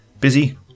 busy